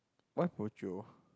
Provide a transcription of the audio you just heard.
why bojio